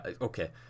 okay